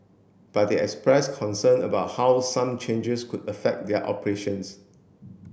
but they expressed concern about how some changes could affect their operations